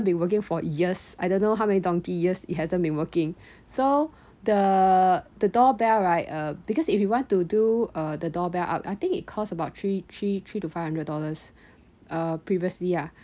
been working for years I don't know how many donkey years it hasn't been working so the the door bell right uh because if you want to do uh the doorbell I I think it cost about three three three to five hundred dollars uh previously ah